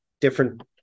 different